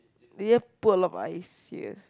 they just put a lot of ice serious